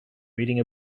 reading